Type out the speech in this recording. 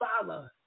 follow